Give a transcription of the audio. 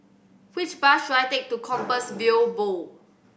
which bus should I take to Compassvale Bow